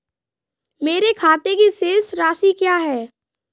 मेरे खाते की शेष राशि क्या है?